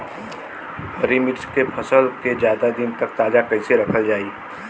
हरि मिर्च के फसल के ज्यादा दिन तक ताजा कइसे रखल जाई?